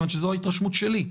מכיוון שזו ההתרשמות שלי,